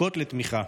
זקוקות לתמיכה.